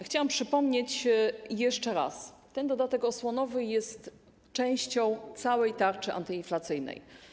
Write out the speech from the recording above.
Chciałam przypomnieć jeszcze raz, że dodatek osłonowy jest częścią całej tarczy antyinflacyjnej.